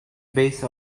base